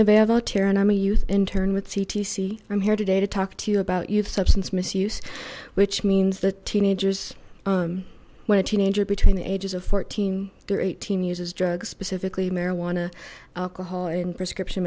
nevada terror and i'm a youth intern with c t c i'm here today to talk to you about youth substance misuse which means that teenagers when a teenager between the ages of fourteen or eighteen uses drugs specifically marijuana alcohol and prescription